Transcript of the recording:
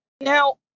Now